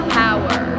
power